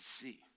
see